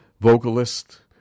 vocalist